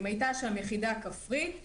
אם הייתה שם יחידה כפרית,